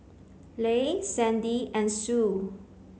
Leigh Sandy and Sue